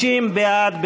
60 בעד,